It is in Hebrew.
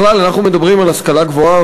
בכלל אנחנו מדברים על השכלה גבוהה